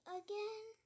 again